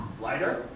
lighter